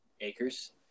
acres